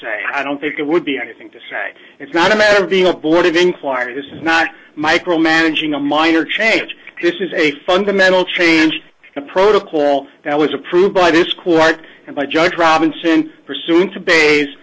say i don't think it would be anything to say it's not a matter of being a board of inquiry it's not micromanaging a minor change this is a fundamental change in protocol that was approved by this court and i just robinson pursuant to base